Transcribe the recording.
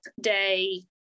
day